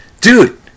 dude